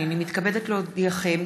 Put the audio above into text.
הינני מתכבדת להודיעכם,